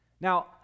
Now